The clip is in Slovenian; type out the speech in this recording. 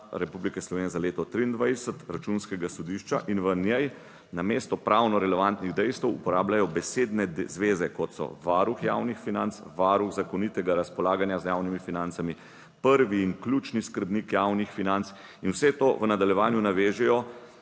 Republike Slovenije za leto 2023 Računskega sodišča in v njej namesto pravno relevantnih dejstev uporabljajo besedne zveze, kot so varuh javnih financ, varuh zakonitega razpolaganja z javnimi financami, prvi in ključni skrbnik javnih financ. In vse to v nadaljevanju navežejo